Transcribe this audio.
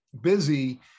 busy